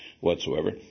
whatsoever